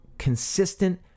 consistent